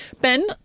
Ben